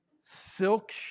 Silk